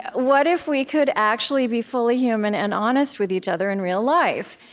what if we could actually be fully human and honest with each other in real life?